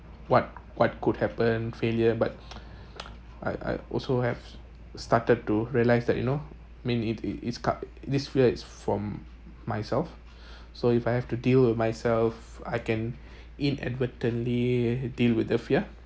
what what could happen failure but I I also have started to realise that you know I mean it it it's cut this fear is from myself so if I have to deal with myself I can inadvertently deal with the fear